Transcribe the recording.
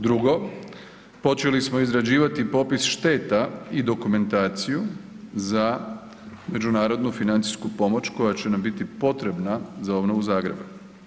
Drugo, počeli smo izrađivati popis šteta i dokumentaciju za međunarodnu financijsku pomoć koja će nam biti potrebna za obnovu Zagreba.